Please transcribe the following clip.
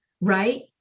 Right